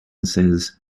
says